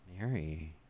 Mary